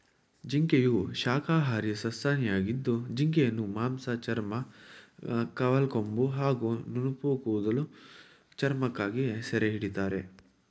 ಜಿಂಕೆಯು ಶಾಖಾಹಾರಿ ಸಸ್ತನಿಯಾಗಿದ್ದು ಜಿಂಕೆಯನ್ನು ಮಾಂಸ ಚರ್ಮ ಕವಲ್ಕೊಂಬು ಹಾಗೂ ನುಣುಪುಕೂದಲ ಚರ್ಮಕ್ಕಾಗಿ ಸೆರೆಹಿಡಿತಾರೆ